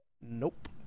Nope